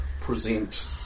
present